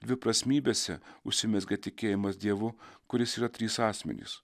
dviprasmybėse užsimezgė tikėjimas dievu kuris yra trys asmenys